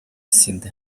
sida